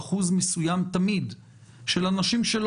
כ-15,000 או כ-17,000 אנשים שנכנסו